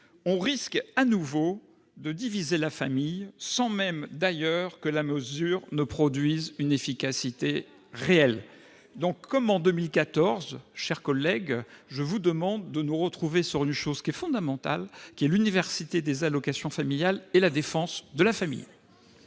On risque à nouveau de diviser la famille, sans même d'ailleurs que la mesure ne produise une efficacité réelle ». Comme en 2014, chers collègues, je vous demande de nous retrouver sur des valeurs fondamentales, à savoir l'universalité des allocations familiales et la défense de la famille.